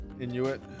Inuit